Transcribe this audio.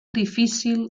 difícil